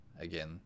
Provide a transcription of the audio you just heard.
again